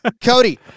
Cody